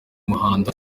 muhando